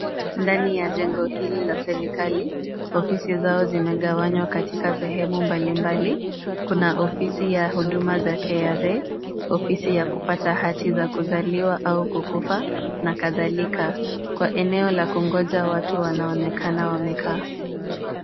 Ndani ya jengo hili la serikali, ofisi zao zimegawanywa katika sehemu mbalimbali. Kuna ofisi ya huduma za KRA, ofisi ya kupata hati za kuzaliwa au kukufa na kadhalika. Kwa eneo la kungoja watu wanaonekana wamekaa.